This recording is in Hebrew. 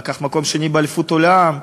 לקח מקום שני באליפות העולם,